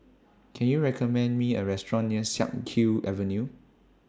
Can YOU recommend Me A Restaurant near Siak Kew Avenue